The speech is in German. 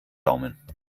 daumen